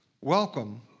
Welcome